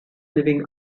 living